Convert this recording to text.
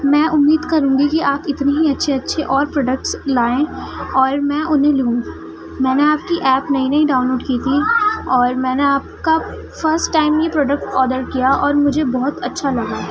میں امید کروں گی کہ آپ اتنی ہی اچھے اچھے اور پروڈکٹس لائیں اور میں انہیں لوں میں نے آپ كی ایپ نئی نئی ڈاؤن لوڈ كی تھی اور میں نے آپ کا فسٹ ٹائم یہ پروڈکٹ آڈر کیا اور مجھے بہت اچھا لگا